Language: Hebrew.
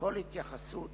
כל התייחסות